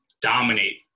dominate